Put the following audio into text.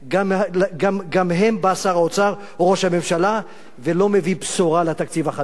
גם להם שר האוצר או ראש הממשלה לא מביאים בשורה בתקציב החדש.